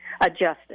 adjusted